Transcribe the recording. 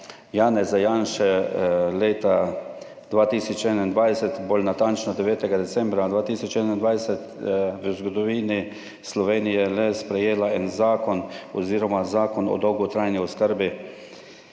Janeza Janše leta 2021, bolj natančno 9. decembra 2021, v zgodovini Slovenije le sprejela en zakon oziroma Zakon o dolgotrajni oskrbi